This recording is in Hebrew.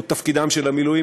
הוא תפקידם של המילואים.